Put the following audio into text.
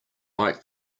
like